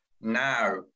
now